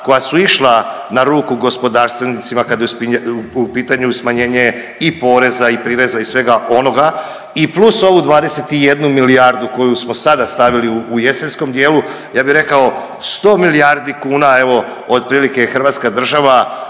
koja su išla na ruku gospodarstvenicima kad je u pitanju smanjenje i poreza i prireza i svega onoga i plus ovu 21 milijardu koju smo sada stavili u jesenskom dijelu, ja bi rekao 100 milijardi kuna evo otprilike Hrvatska država